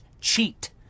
cheat